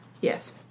Yes